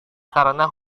karena